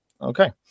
Okay